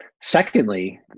Secondly